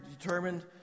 determined